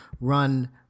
run